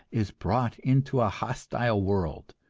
is brought into a hostile world,